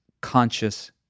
conscious